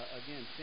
again